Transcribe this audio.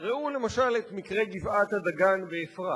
ראו למשל את מקרה גבעת-הדגן באפרת.